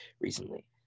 recently